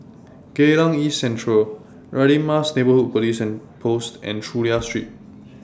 Geylang East Central Radin Mas Neighbourhood Police Post and Chulia Street